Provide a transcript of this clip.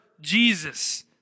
Jesus